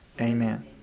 Amen